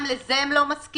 גם לזה הם לא הסכימו.